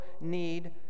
need